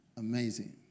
amazing